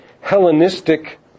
Hellenistic